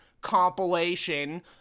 compilation